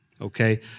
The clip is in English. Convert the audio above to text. okay